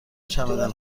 چمدان